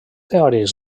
teòrics